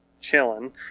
chilling